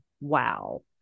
wow